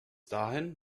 dahin